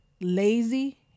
lazy